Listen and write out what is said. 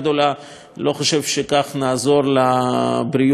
אני לא חושב שכך נעזור לבריאות הציבור.